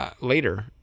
later